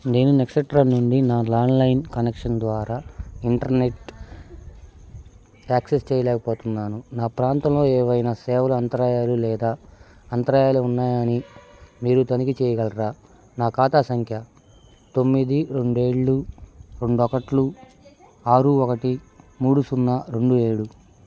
నేను నెక్సట్రా నుండి నా ల్యాండ్లైన్ కనెక్షన్ ద్వారా ఇంటర్నెట్ యాక్సెస్ చేయలేకపోతున్నాను నా ప్రాంతంలో ఏవైనా సేవల అంతరాయాలు లేదా అంతరాయాలు ఉన్నాయా అని మీరు తనిఖీ చేయగలరా నా ఖాతా సంఖ్య తొమ్మిది రెండేడ్లు రొండొకట్లు ఆరు ఒకటి మూడు సున్నా రెండు ఏడు